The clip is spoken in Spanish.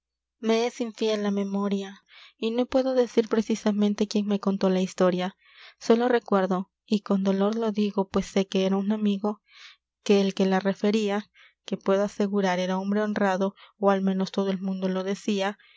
me es infiel la memoria y no puedo decir precisamente quién me contó la historia sólo recuerdo y con dolor lo digo pues sé que era un amigo que el que la referia que puedo asegurar era hombre honrado ó al ménos todo el mundo lo decia